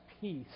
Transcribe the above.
peace